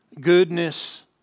Goodness